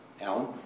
Alan